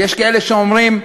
ויש כאלה שאומרים,